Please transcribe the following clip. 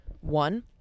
one